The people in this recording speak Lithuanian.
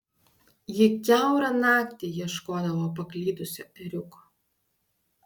ji kiaurą naktį ieškodavo paklydusio ėriuko